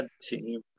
team